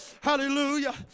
hallelujah